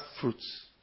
fruits